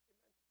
Amen